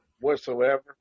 whatsoever